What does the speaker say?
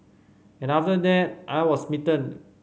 and after that I was smitten